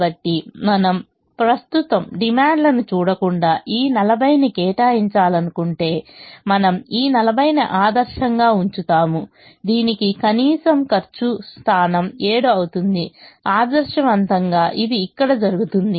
కాబట్టి మనము ప్రస్తుతం డిమాండ్లను చూడకుండా ఈ 40 ని కేటాయించాలనుకుంటే మనము 40 ని ఆదర్శంగా ఉంచుతాము దీనికి కనీసం ఖర్చు స్థానం 7 అవుతుందిఆదర్శవంతంగా ఇది ఇక్కడ జరుగుతుంది